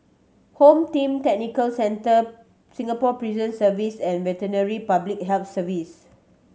Home Team Center Singapore Prison Service and Veterinary Public Health Service